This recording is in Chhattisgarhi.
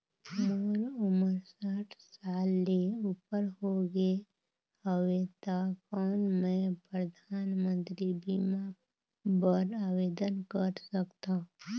मोर उमर साठ साल ले उपर हो गे हवय त कौन मैं परधानमंतरी बीमा बर आवेदन कर सकथव?